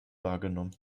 wahrgenommen